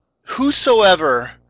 Whosoever